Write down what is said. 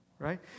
Right